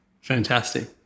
Fantastic